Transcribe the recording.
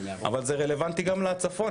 אבל זה רלוונטי גם לצפון,